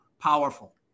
powerful